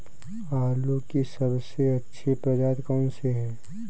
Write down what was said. आलू की सबसे अच्छी प्रजाति कौन सी है?